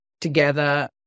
together